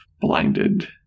blinded